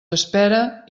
espera